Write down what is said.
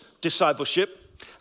discipleship